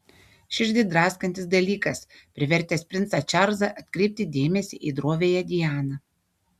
širdį draskantis dalykas privertęs princą čarlzą atkreipti dėmesį į droviąją dianą